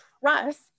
trust